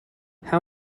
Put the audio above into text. how